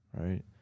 right